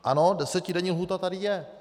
Ano, desetidenní lhůta tady je.